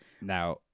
Now